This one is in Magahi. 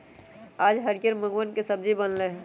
आज हरियर मूँगवन के सब्जी बन लय है